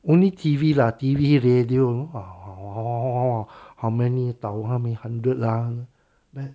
only T_V lah T_V radio !wah! !wah! !wah! !wah! !wah! how many thou~ how many hundred lah then